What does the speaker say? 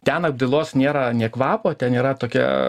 ten apdailos nėra nė kvapo ten yra tokia